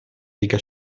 riga